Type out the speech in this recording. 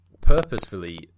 purposefully